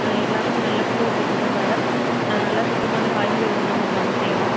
ஆ எல்லாமே நல்ல pure veg தான் மேடம் நல்ல சுத்தமான காய்கறிலேருந்து தான் மேம் நாங்கள் செய்கிறோம்